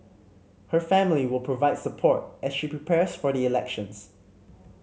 her family will provide support as she prepares for the elections